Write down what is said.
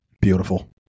Beautiful